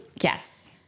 Yes